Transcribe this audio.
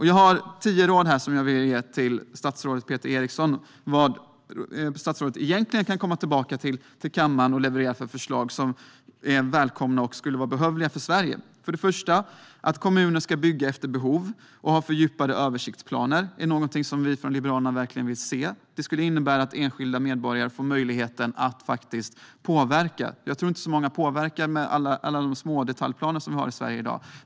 Jag har tio råd som jag vill ge till statsrådet Peter Eriksson när det gäller vilka förslag som han egentligen kan komma tillbaka till kammaren med och som är välkomna och behövliga för Sverige. För det första: Kommuner ska bygga efter behov och ha fördjupade översiktsplaner. Det är någonting som vi från Liberalerna verkligen vill se. Det skulle innebära att enskilda medborgare får möjlighet att faktiskt påverka. Jag tror inte att så många påverkar med tanke på alla de smådetaljplaner som vi har i Sverige i dag.